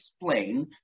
explain